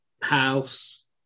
house